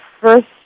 first